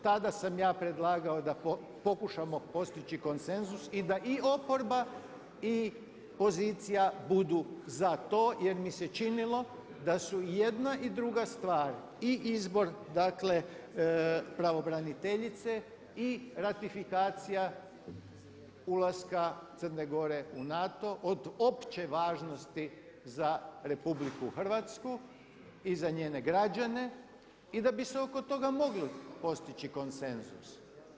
Tada sam ja predlagao da pokušamo postići konsenzus i da i oporba i pozicija budu za to jer mi se činilo da su i jedna i druga stvar i izbor dakle pravobraniteljice i ratifikacija ulaska Crne Gore u NATO od opće važnosti za Republiku Hrvatsku i za njene građane i da bi se oko toga mogao postići konsenzus.